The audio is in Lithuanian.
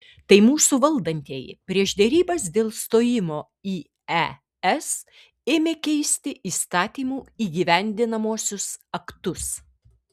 tai mūsų valdantieji prieš derybas dėl stojimo į es ėmė keisti įstatymų įgyvendinamuosius aktus